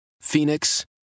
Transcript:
Phoenix